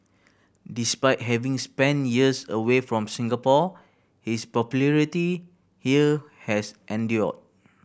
despite having spent years away from Singapore his popularity here has endured